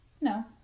No